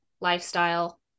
lifestyle